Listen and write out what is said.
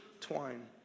twine